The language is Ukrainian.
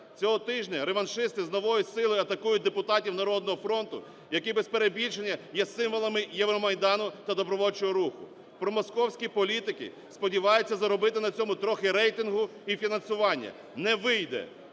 Цього тижня реваншисти з новою силою атакують депутатів "Народного фронту", які, без перебільшення, є символамиЄвромайдану та добровольчого руху. Промосковські політики сподіваються заробити на цьому трохи рейтингу і фінансування. Не вийде.